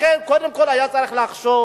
לכן, קודם כול היה צריך לחשוב.